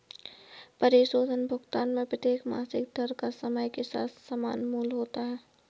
परिशोधन भुगतान में प्रत्येक मासिक दर का समय के साथ समान मूल्य होता है